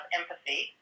empathy